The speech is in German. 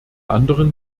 anderen